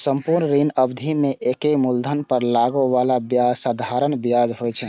संपूर्ण ऋण अवधि मे एके मूलधन पर लागै बला ब्याज साधारण ब्याज होइ छै